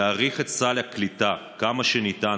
להאריך את סל הקליטה כמה שניתן,